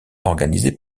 organisé